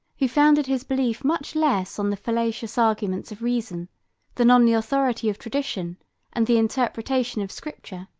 who founded his belief much less on the fallacious arguments of reason than on the authority of tradition and the interpretation of scripture,